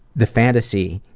the fantasy